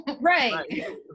Right